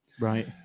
Right